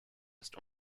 ist